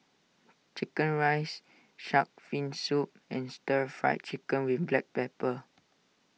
Chicken Rice Shark's Fin Soup and Stir Fried Chicken with Black Pepper